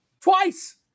twice